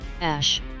Ash